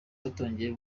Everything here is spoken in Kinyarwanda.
batangiye